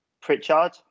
Pritchard